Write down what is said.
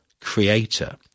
creator